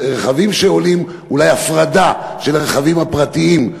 רכבים שעולים, אולי הפרדה של הרכבים הפרטיים.